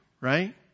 Right